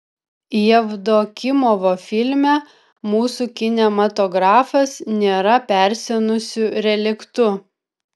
jevdokimovo filme mūsų kinematografas nėra persenusiu reliktu